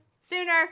sooner